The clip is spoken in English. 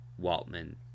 Waltman